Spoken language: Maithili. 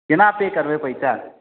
केना पे करबै पैसा